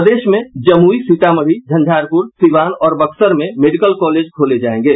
प्रदेश में जमुई सीतामढ़ी झंझारपुर सीवान और बक्सर में मेडिकल कॉलेज खोले जायेंगे